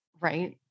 Right